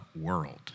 world